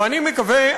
ואני מקווה,